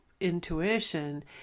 intuition